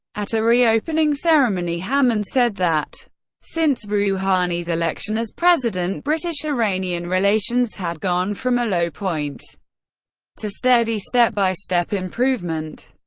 at a reopening ceremony, hammond said that since rouhani's election as president, british-iranian relations had gone from a low point to steady step-by-step improvement.